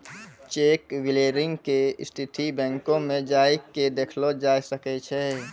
cheque clearing के स्थिति बैंको मे जाय के देखलो जाय सकै छै